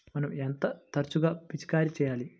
మనం ఎంత తరచుగా పిచికారీ చేయాలి?